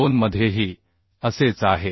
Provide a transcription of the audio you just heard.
2मध्येही असेच आहे